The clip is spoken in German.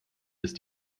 ist